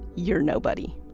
you're nobody.